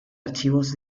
archivos